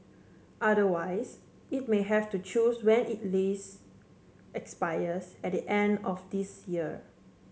otherwise it may have to close when it lease expires at the end of this year